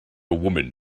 woman